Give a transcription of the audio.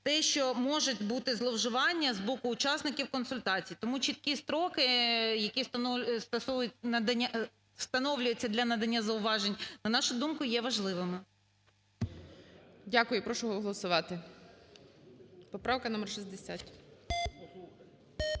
те, що можуть бути зловживання з боку учасників консультацій. Тому чіткі строки, які встановлюються для надання зауважень, на нашу думку, є важливими. ГОЛОВУЮЧИЙ. Дякую. І прошу голосувати. Поправка номер 60.